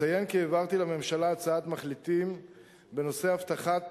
אציין כי העברתי לממשלה הצעת מחליטים בנושא הבטחת